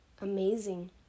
amazing